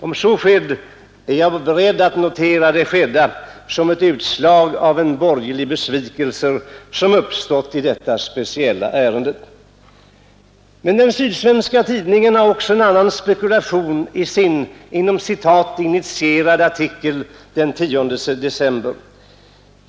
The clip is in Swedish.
Om så sker är jag är beredd att beteckna det skeddä som ett utslag av en borgerlig besvikelse som uppstått i detta speciella ärende. Men den sydsvenska tidningen har också en annan spekulation i sin ”initierade” artikel den 10 december.